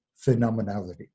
phenomenality